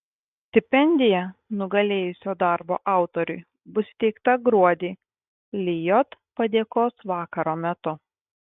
stipendija nugalėjusio darbo autoriui bus įteikta gruodį lijot padėkos vakaro metu